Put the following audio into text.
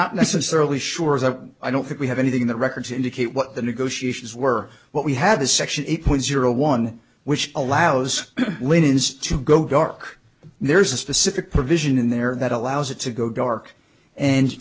not necessarily sure as i i don't think we have anything the records indicate what the negotiations were what we had the section eight point zero one which allows linens to go dark but there's a specific provision in there that allows it to go dark and